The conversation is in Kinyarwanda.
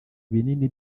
binini